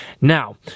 Now